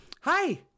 hi